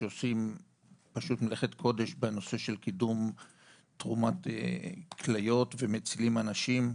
שעושים פשוט מלאכת קודש בנושא של קידום תרומת כליות ומצילים אנשים.